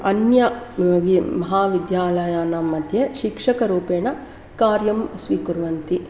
अन्य वि महाविद्यालयानाम्मध्ये शिक्षकरूपेण कार्यं स्वीकुर्वन्ति